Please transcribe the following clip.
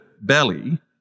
belly